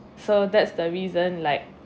so that's the reason like